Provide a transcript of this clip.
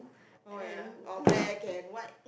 oh ya or black and white